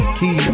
key